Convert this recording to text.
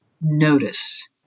notice